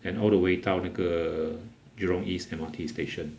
then all the way 到那个 jurong east M_R_T station